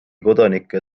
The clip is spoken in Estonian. kodanike